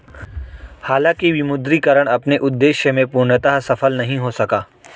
हालांकि विमुद्रीकरण अपने उद्देश्य में पूर्णतः सफल नहीं हो सका